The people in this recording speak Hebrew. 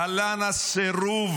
להלן הסירוב